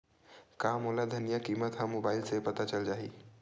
का मोला धनिया किमत ह मुबाइल से पता चल जाही का?